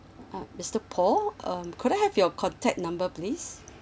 uh mister poh um could I have your contact number please